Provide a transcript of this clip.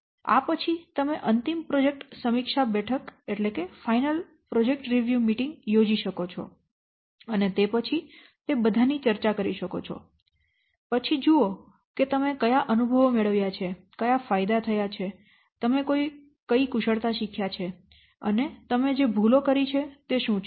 અને આ પછી તમે અંતિમ પ્રોજેક્ટ સમીક્ષા બેઠક યોજી શકો છો અને તે પછી તે બધાની ચર્ચા કરી શકો છો પછી જુઓ કે તમે કયા અનુભવો મેળવ્યાં છે કયા ફાયદા થયા છે તમે કઈ કુશળતા શીખ્યા છે અને તમે જે ભૂલો કરી છે તે શું છે